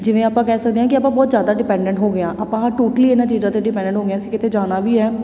ਜਿਵੇਂ ਆਪਾਂ ਕਹਿ ਸਕਦੇ ਹਾਂ ਕਿ ਆਪਾਂ ਬਹੁਤ ਜ਼ਿਆਦਾ ਡਿਪੈਂਡੈਂਟ ਹੋ ਗਏ ਹਾਂ ਆਪਾਂ ਆਹ ਟੋਟਲੀ ਇਹਨਾਂ ਚੀਜ਼ਾਂ 'ਤੇ ਡਿਪੈਂਡੈਂਟ ਹੋ ਗਏ ਹਾਂ ਅਸੀਂ ਕਿਤੇ ਜਾਣਾ ਵੀ ਹੈ